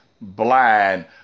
blind